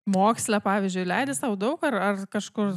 moksle pavyzdžiui leidi sau daug ar ar kažkur